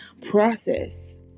process